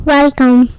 Welcome